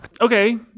Okay